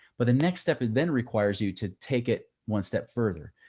but the next step then requires you to take it one step further.